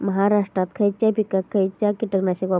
महाराष्ट्रात खयच्या पिकाक खयचा कीटकनाशक वापरतत?